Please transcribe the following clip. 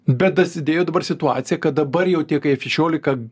bet dasidėjo dabar situacija kad dabar jau tie kaip f šešiolika